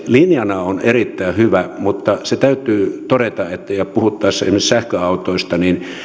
linjana erittäin hyvä mutta se täytyy todeta puhuttaessa esimerkiksi sähköautoista että